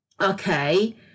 okay